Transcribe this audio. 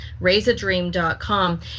raiseadream.com